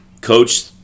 coach